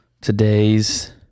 today's